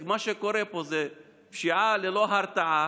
כי מה שקורה פה זה פשיעה ללא הרתעה,